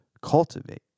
cultivate